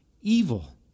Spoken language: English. evil